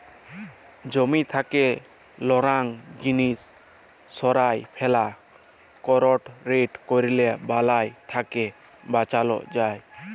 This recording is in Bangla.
জমি থ্যাকে লংরা জিলিস সঁরায় ফেলা, করপ রটেট ক্যরলে বালাই থ্যাকে বাঁচালো যায়